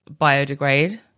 biodegrade